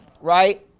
Right